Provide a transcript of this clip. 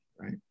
right